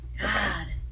God